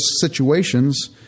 situations